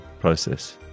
process